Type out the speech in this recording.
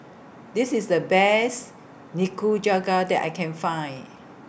This IS The Best Nikujaga that I Can Find